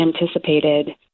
anticipated